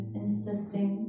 insisting